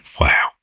Wow